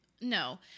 No